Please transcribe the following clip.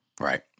Right